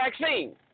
vaccine